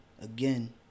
again